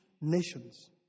nations